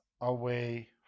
away